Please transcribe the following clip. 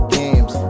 games